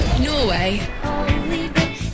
Norway